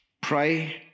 pray